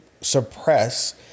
suppress